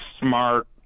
smart